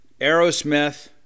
Aerosmith